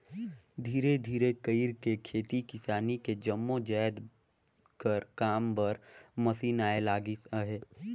धीरे धीरे कइरके खेती किसानी के जम्मो जाएत कर काम बर मसीन आए लगिस अहे